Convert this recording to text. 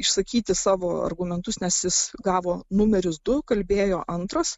išsakyti savo argumentus nes jis gavo numeris du kalbėjo antras